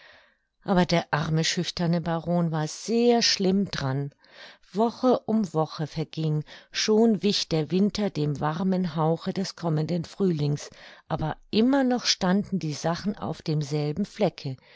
aber der arme schüchterne baron war sehr schlimm daran woche um woche verging schon wich der winter dem warmen hauche des kommenden frühlings aber immer noch standen die sachen auf demselben flecke